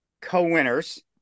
co-winners